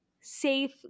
safe